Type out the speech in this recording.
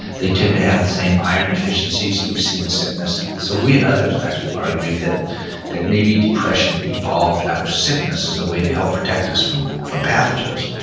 they tend to have the same iron deficiencies that you see in sickness, so we and others have actually argued that that maybe depression evolved out of sickness as a way to help protect us from from pathogens.